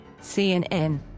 CNN